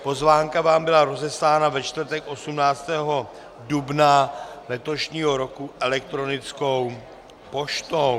Pozvánka vám byla rozeslána ve čtvrtek 18. dubna letošního roku elektronickou poštou.